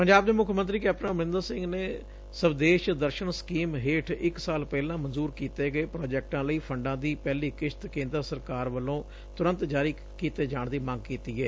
ਪੰਜਾਬ ਦੇ ਮੁੱਖ ਮੰਤਰੀ ਕੈਪਟਨ ਅਮਰਿੰਦਰ ਸਿੰਘ ਨੇ ਸਵਦੇਸ਼ ਦਰਸ਼ਨ ਸਕੀਮ ਹੇਠ ਇਕ ਸਾਲ ਪਹਿਲਾਂ ਮਨਜੁਰ ਕੀਤੇ ਗਏ ਪ੍ਰਾਜੈਕਟਾਂ ਲਈ ਫੰਡਾਂ ਦੀ ਪਹਿਲੀ ਕਿਸ਼ਤ ਕੇਂਦਰ ਸਰਕਾਰ ਵੱਲੋਂ ਤੁਰੰਤ ਜਾਰੀ ਕੀਤੇ ਜਾਣ ਦੀ ਮੌਗ ਕੀਤੀ ਏ